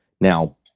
Now